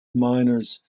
minors